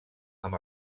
amb